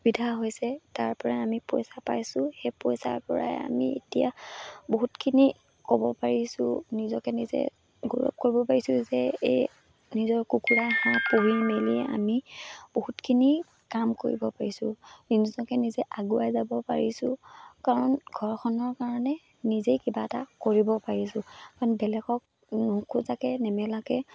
সুবিধা হৈছে তাৰপৰাই আমি পইচা পাইছোঁ সেই পইচাৰ পৰাই আমি এতিয়া বহুতখিনি ক'ব পাৰিছোঁ নিজকে নিজে গৌৰৱ কৰিব পাৰিছোঁ যে এই নিজৰ কুকুৰা হাঁহ পুহি মেলিয়ে আমি বহুতখিনি কাম কৰিব পাৰিছোঁ নিজকে নিজে আগুৱাই যাব পাৰিছোঁ কাৰণ ঘৰখনৰ কাৰণে নিজেই কিবা এটা কৰিব পাৰিছোঁ কাৰণ বেলেগক নোখোজাকৈ নেমেলাকৈ